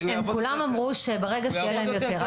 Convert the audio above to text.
--- הם כולם אמרו שברגע שיהיה להם יותר.